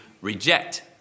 reject